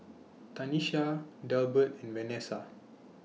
Tanesha Delbert and Vanessa